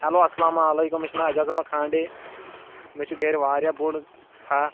hello اَلسَلامُ علیکُم مےٚ چھُ ناو اعجاز احمد کھانٛڈے مےٚ چھُ گَھرِ واریاہ بوٚڑ کھاہ